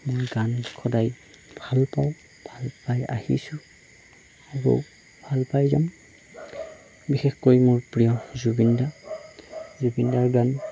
মোৰ গান সদায় ভালপাওঁ ভালপাই আহিছোঁ আৰু ভালপায় যাম বিশেষকৈ মোৰ প্ৰিয় জুবিনদাক জুবিনদাৰ গান